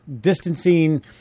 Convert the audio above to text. distancing